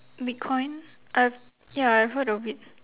bitcoin I've ya I've heard of it